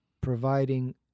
providing